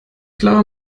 glaube